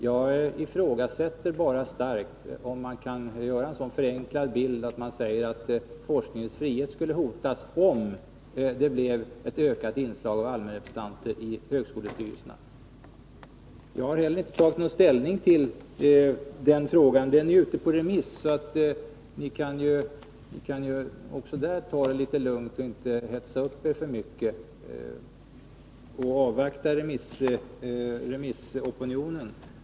Jag ifrågasätter starkt om man kan förenkla bilden så, att man säger att forskningens frihet skulle hotas, om det blev ett ökat inslag av allmänrepresentanter i högskolestyrelserna. Jag har inte tagit ställning i frågan, eftersom den är ute på remiss. Ni kan ju även på den punkten ta det litet lugnt och avvakta remissopinionen och inte hetsa upp er för mycket.